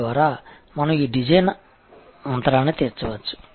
తద్వారా మనం ఈ డిజైన్ అంతరాన్ని తీర్చవచ్చు